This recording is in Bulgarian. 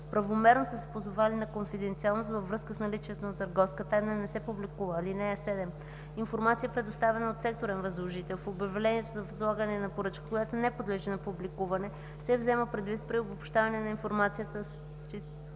правомерно са се позовали на конфиденциалност във връзка с наличието на търговска тайна, не се публикува. (7) Информация, предоставена от секторен възложител в обявлението за възлагане на поръчка, която не подлежи на публикуване, се взема предвид при обобщаване на информацията за